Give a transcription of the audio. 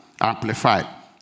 Amplified